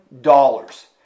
dollars